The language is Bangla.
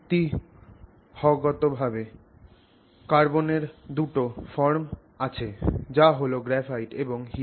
ঐতিহ্যগতভাবে ভাবে কার্বনের দুটো ফর্ম আছে যা হল গ্রাফাইট এবং হীরা